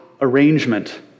arrangement